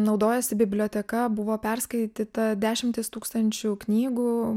naudojosi biblioteka buvo perskaityta dešimtys tūkstančių knygų